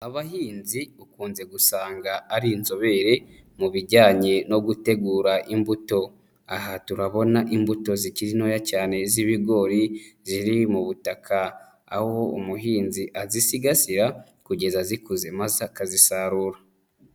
Abahinzi ukunze gusanga ari inzobere mu bijyanye no gutegura imbuto, aha turabona imbuto zikiri ntoya cyane z'ibigori ziri mu butaka, aho umuhinzi azisigasira kugeza zikuze maze akazisarura.